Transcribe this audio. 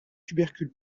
tubercule